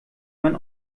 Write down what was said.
man